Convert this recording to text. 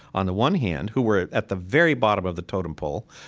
on the one hand, who were at the very bottom of the totem pole,